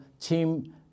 team